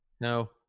No